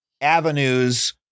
avenues